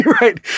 Right